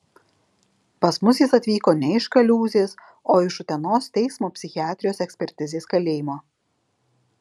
pas mus jis atvyko ne iš kaliūzės o iš utenos teismo psichiatrijos ekspertizės kalėjimo